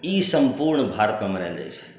इ सम्पूर्ण भारतमे मनायल जाइत छै